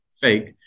fake